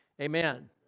Amen